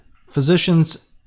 physicians